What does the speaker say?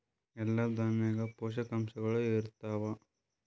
ಎಲ್ಲಾ ದಾಣ್ಯಾಗ ಪೋಷಕಾಂಶಗಳು ಇರತ್ತಾವ?